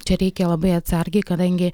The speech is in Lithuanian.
čia reikia labai atsargiai kadangi